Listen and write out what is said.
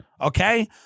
okay